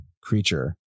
creature